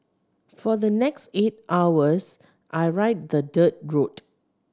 for the next eight hours I ride the dirt road